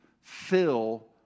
fill